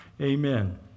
Amen